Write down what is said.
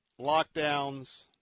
lockdowns